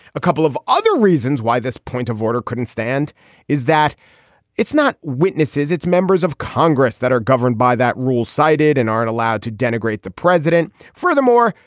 a couple of other reasons why this point of order couldn't stand is that it's not witnesses, it's members of congress that are governed by that rule cited and aren't allowed to denigrate the president. furthermore,